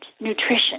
nutrition